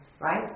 right